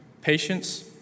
patience